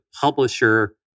publisher